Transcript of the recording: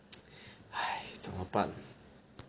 !hais! 怎么办